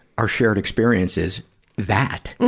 our shared experience is that.